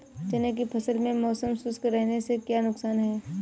चने की फसल में मौसम शुष्क रहने से क्या नुकसान है?